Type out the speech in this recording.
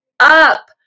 Up